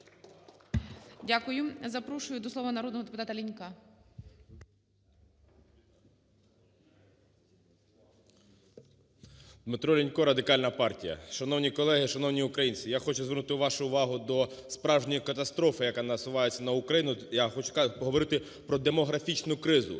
Дякую. Запрошую до слова народного депутатаЛінька. 13:34:24 ЛІНЬКО Д.В. ДмитроЛінько, Радикальна партія. Шановні колеги, шановні українці, я хочу звернути вашу увагу до справжньої катастрофи, яка насувається на Україну. Я хочу поговорити про демографічну кризу.